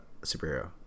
superhero